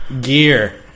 gear